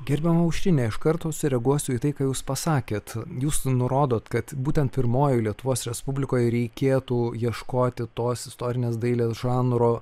gerbiama aušrine iš karto sureaguosiu į tai ką jūs pasakėt jūs nurodot kad būtent pirmojoje lietuvos respublikoje reikėtų ieškoti tos istorinės dailės žanro